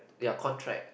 ya contract